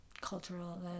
cultural